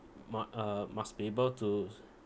mu~ uh must be able to